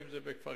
אם זה בכפר-קאסם,